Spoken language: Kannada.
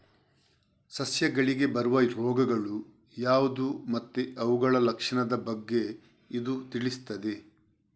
ಸಸ್ಯಗಳಿಗೆ ಬರುವ ರೋಗಗಳು ಯಾವ್ದು ಮತ್ತೆ ಅವುಗಳ ಲಕ್ಷಣದ ಬಗ್ಗೆ ಇದು ತಿಳಿಸ್ತದೆ